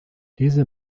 diese